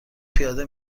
پیاده